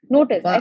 Notice